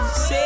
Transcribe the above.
Say